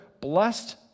blessed